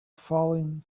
falling